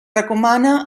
recomana